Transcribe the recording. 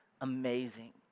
amazing